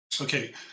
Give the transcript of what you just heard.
Okay